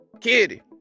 Kitty